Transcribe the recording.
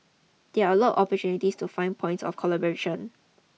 there are a lot of opportunities to find points of collaboration